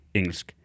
engelsk